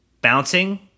bouncing